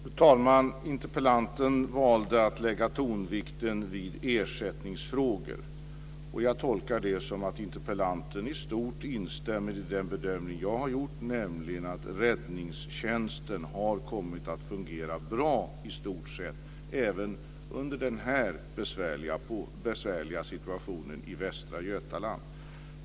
Fru talman! Interpellanten valde att lägga tonvikten vid ersättningsfrågor, och jag tolkar det så att interpellanten i stort instämmer i den bedömning som jag har gjort, nämligen att räddningstjänsten väsentligen har fungerat bra även under den besvärliga situationen i Västra Götaland.